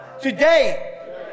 today